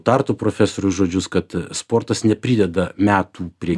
tartu profesorių žodžius kad sportas neprideda metų prie